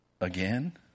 again